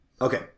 Okay